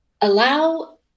allow